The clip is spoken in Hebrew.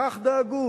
כך דאגו,